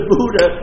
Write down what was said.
Buddha